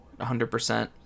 100%